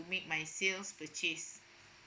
my sale purchase